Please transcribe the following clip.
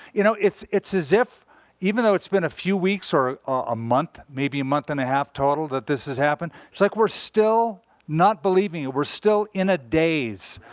you know, it's it's as if even though it's been a few weeks or a month, maybe a month and a half total, that this has happened it's like we're still not believing it. we're still in a daze.